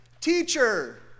Teacher